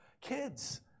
kids